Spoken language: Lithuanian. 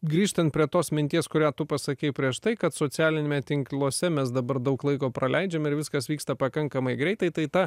grįžtant prie tos minties kurią tu pasakei prieš tai kad socialiniame tinkluose mes dabar daug laiko praleidžiam ir viskas vyksta pakankamai greitai tai ta